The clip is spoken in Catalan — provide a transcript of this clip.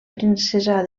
princesa